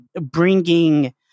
bringing